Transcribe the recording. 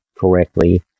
correctly